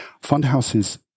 Fundhouse's